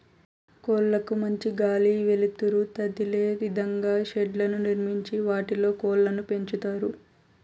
కోళ్ళ కు మంచి గాలి, వెలుతురు తదిలే ఇదంగా షెడ్లను నిర్మించి వాటిలో కోళ్ళను పెంచుతారు